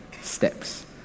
steps